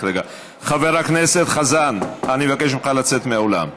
חבר הכנסת חזן, אני מבקש ממך לצאת מהאולם.